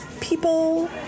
people